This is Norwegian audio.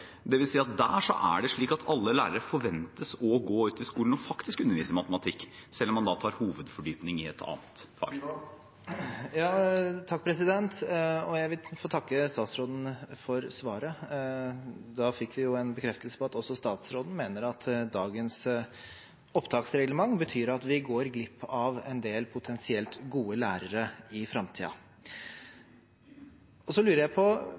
alle lærere å gå ut i skolen og faktisk undervise i matematikk, selv om man tar fordypning i et annet fag. Jeg vil få takke statsråden for svaret. Da fikk vi jo en bekreftelse på at også statsråden mener at dagens opptaksreglement betyr at vi går glipp av en del potensielt gode lærere i framtiden. Og så lurer jeg på: